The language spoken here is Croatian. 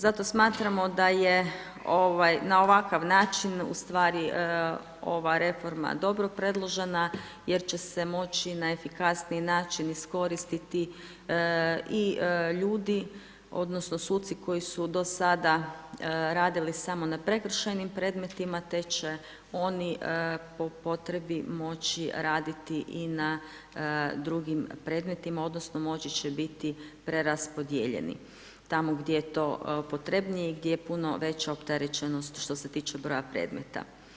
Zato smatramo da je na ovakav način ustvari ova reforma dobro predložena jer će se moći na efikasniji način iskoristiti i ljudi odnosno suci koji su do sada radili samo na prekršajnim predmetima te će oni po potrebi moći raditi i na drugim predmetima odnosno moći će biti preraspodijeljeni tamo gdje je to potrebnije i gdje je puno veća opterećenost što se tiče broja predmeta.